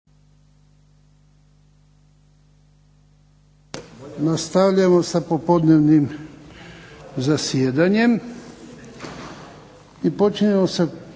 Nastavljamo sa popodnevnim zasjedanjem i počinjemo s